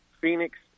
Phoenix